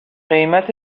قیمت